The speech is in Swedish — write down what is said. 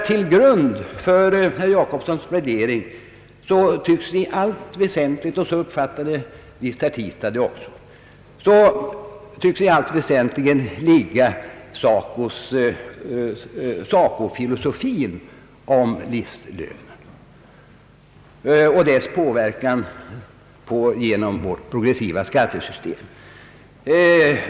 Till grund för herr Jacobssons värdering tycks i allt väsentligt — så uppfattade visst herr Tistad det också — ligga SACO-filosofin om livslönen och de verkningar den får genom vårt progressiva skattesystem.